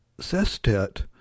sestet